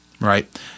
Right